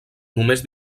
només